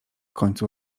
końcu